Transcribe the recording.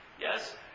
yes